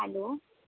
hello